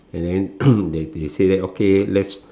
and then they they say that okay let's